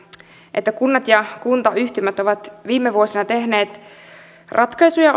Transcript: että kunnat ja kuntayhtymät ovat viime vuosina tehneet osin ratkaisuja